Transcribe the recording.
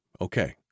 okay